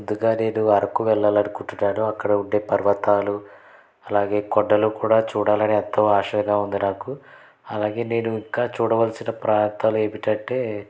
ముందుగా నేను అరకు వెళ్ళాలనుకుంటున్నాను అక్కడ ఉండే పర్వతాలు అలాగే కొండలు కూడా చూడాలని ఎంతో ఆశగా ఉంది నాకు అలాగే నేను ఇంకా చూడవలసిన ప్రాంతాలు ఏమిటంటే